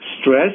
stress